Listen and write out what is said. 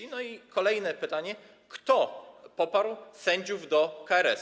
I kolejne pytanie: Kto poparł sędziów do KRS?